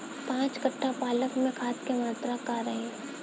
पाँच कट्ठा पालक में खाद के मात्रा का रही?